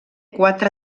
quatre